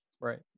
Right